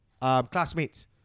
classmates